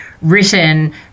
written